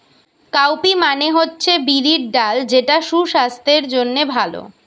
cowpea মানে হচ্ছে বিরির ডাল যেটা সুসাস্থের জন্যে ভালো